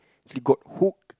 so got hooked